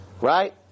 Right